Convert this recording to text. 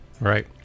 Right